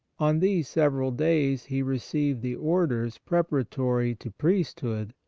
on these several days he received the orders preparatory to priesthood,